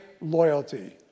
loyalty